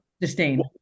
disdain